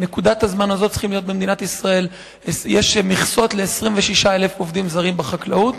בנקודת הזמן הזאת במדינת ישראל יש מכסות ל-26,000 עובדים זרים בחקלאות.